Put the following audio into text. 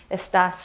está